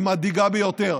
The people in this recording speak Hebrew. היא מדאיגה ביותר.